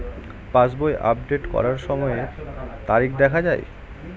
পাসবই update করার সময়ে তারিখ দেখা য়ায়?